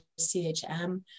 CHM